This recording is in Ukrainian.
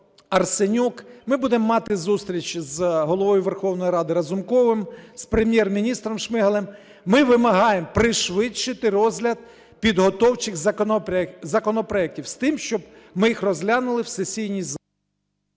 Арсенюк. Ми будемо мати зустріч з Головою Верховної Ради Разумковим, з Прем'єр-міністром Шмигалем. Ми вимагаємо пришвидшити розгляд підготовчих законопроектів з тим, щоб ми їх розглянули в сесійній залі.